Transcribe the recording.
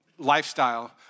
Lifestyle